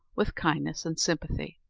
with kindness and sympathy.